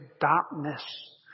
darkness